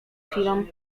chwilą